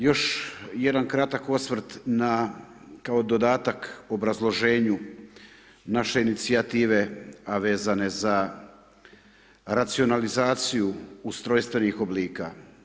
Još jedan kratak osvrt na, kao dodatak obrazloženju naše inicijative a vezane za racionalizaciju ustrojstvenih oblika.